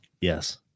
yes